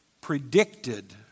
predicted